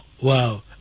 Wow